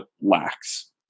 lacks